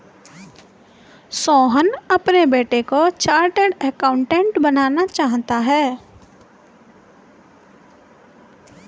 सोहन अपने बेटे को चार्टेट अकाउंटेंट बनाना चाहता है